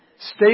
Stay